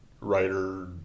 writer